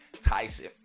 Tyson